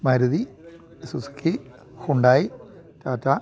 Maruti Suzuki Hyundai Tata